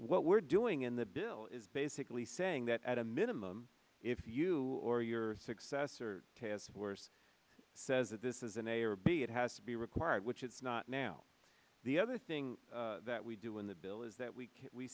what we're doing in the bill is basically saying that at a minimum if you or your successor task force says that this is an a or b it has to be required which it's not now the other thing that we do in the bill is that we